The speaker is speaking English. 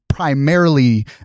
primarily